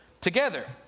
together